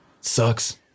sucks